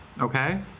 Okay